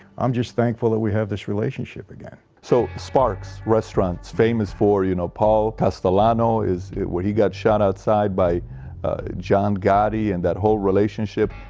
i'm just thankful that we have this relationship again so sparks restaurants famous for you know paul castellano is where he got shot outside by john gotti and that whole relationship,